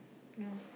no